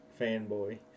fanboy